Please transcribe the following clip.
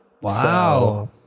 Wow